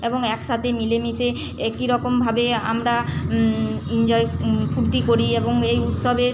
এবং একসাথে মিলেমিশে একই রকমভাবে আমরা ইনজয় ফুর্তি করি এবং এই উৎসবে